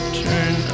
turn